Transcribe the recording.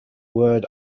word